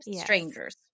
strangers